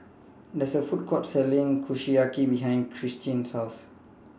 There IS A Food Court Selling Kushiyaki behind Christen's House